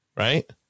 Right